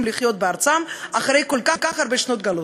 לחיות בארצם אחרי כל כך הרבה שנות גלות.